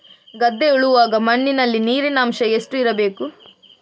ಗದ್ದೆ ಉಳುವಾಗ ಮಣ್ಣಿನಲ್ಲಿ ನೀರಿನ ಅಂಶ ಎಷ್ಟು ಇರಬೇಕು?